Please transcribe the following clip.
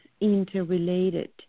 interrelated